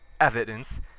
evidence